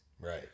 right